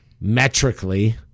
Metrically